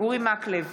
אורי מקלב,